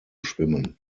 schwimmen